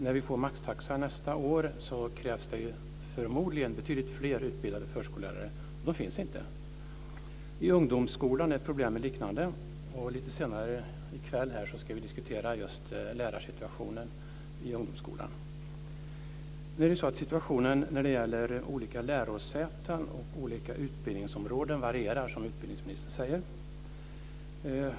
När vi får maxtaxa nästa år krävs det förmodligen betydligt fler utbildade förskollärare, och då finns de inte. I ungdomsskolan är problemet liknande. Lite senare i kväll ska vi diskutera lärarsituationen i ungdomsskolan. Situationen när det gäller olika lärosäten och olika utbildningsområden varierar - som utbildningsministern säger.